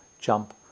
jump